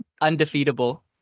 Undefeatable